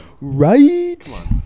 Right